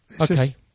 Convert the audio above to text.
Okay